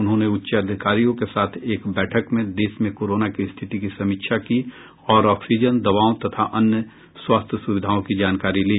उन्होंने उच्चाधिकारियों के साथ एक बैठक में देश में कोरोना की स्थिति की समीक्षा की और ऑक्सीजन दवाओं तथा अन्य स्वास्थ्य सुविधाओं की जानकारी ली